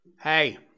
Hey